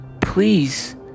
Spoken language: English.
please